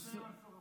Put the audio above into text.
אדוני היושב-ראש.